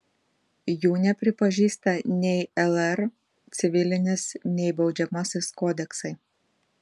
jų nepripažįsta nei lr civilinis nei baudžiamasis kodeksai